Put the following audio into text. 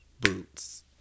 boots